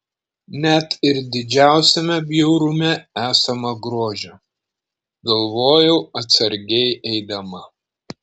net ir didžiausiame bjaurume esama grožio galvojau atsargiai eidama